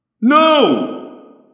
No